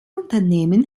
unternehmen